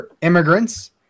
immigrants